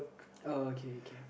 uh okay okay